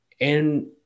And-